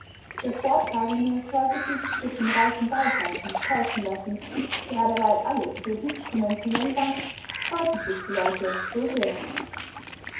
der vortragende sollte sich durch den reichen beifall nicht täuschen lassen gerade weil alles so hübsch konventionell war freuten sich die leute so sehr